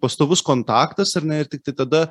pastovus kontaktas ar ne ir tiktai tada